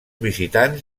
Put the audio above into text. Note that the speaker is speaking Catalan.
visitants